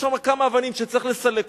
יש שם כמה אבנים שצריך לסלק אותן,